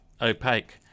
opaque